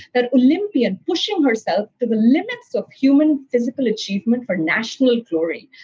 that olympian pushing herself to the limits of human physical achievement for national glory,